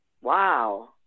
Wow